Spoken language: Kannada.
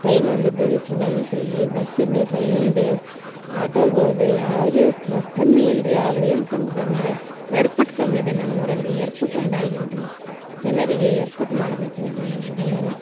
ಟ್ರೈನ್ ಒಂದು ಇದ್ದಿದ್ದು ಛಲೋ ಆಗೈತ್ರಿ ಇಲ್ಲಿ ಬಸ್ಸಿಂದು ಟ್ರೈನಿಂದು ಆಟೋಗಳದು ಯಾವುದು ಕಮ್ಮಿ ಇಲ್ರಿ ಆದ್ರ ಏನು ಕಮ್ಮಿ ಇದೆ ಅಂದ್ರ ಏರ್ಪೋರ್ಟ್ ಕಮ್ಮಿ ಇದೆ ನಮ್ಮೂರಲ್ಲಿ ಏರ್ಪೋರ್ಟ್ ಒಂದು ಆಗಿಲ್ರಿ ಜನರಿಗೆ ಏರ್ಪೋರ್ಟ್ ಮಾಡ್ಬೇಕು ರೀ ಇಲ್ಲಿ ನಮ್ ಜನರ